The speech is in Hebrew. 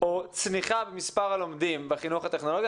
או צניחה במספר הלומדים בחינוך הטכנולוגי.